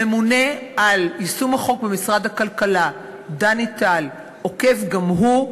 הממונה על יישום החוק במשרד הכלכלה דני טל עוקב גם הוא,